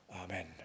Amen